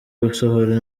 gusohora